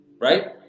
right